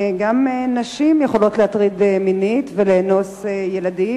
גם נשים יכולות להטריד מינית ולאנוס ילדים.